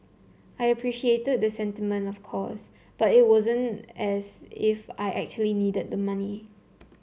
I appreciated the sentiment of course but it wasn't as if I actually needed the money